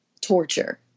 torture